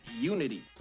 unity